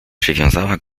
przywiązała